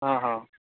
हँ हँ